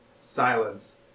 Silence